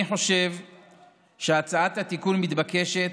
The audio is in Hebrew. אני חושב שהצעת התיקון מתבקשת,